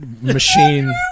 machine